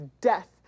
death